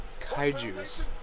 Kaijus